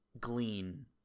glean